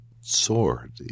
sword